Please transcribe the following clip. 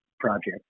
project